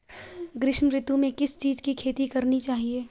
ग्रीष्म ऋतु में किस चीज़ की खेती करनी चाहिये?